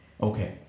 Okay